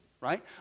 right